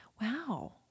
Wow